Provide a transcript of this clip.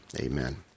Amen